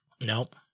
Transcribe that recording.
Nope